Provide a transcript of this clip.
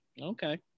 Okay